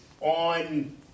on